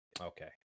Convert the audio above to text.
Okay